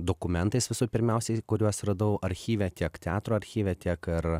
dokumentais visų pirmiausiai kuriuos radau archyve tiek teatro archyve tiek ir